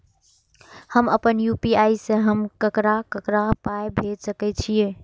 हम आपन यू.पी.आई से हम ककरा ककरा पाय भेज सकै छीयै?